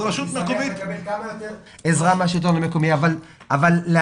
אפשר לקבל עזרה מהשלטון המקומי אבל לא